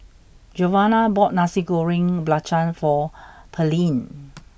Giovanna bought Nasi Goreng Belacan for Pearlene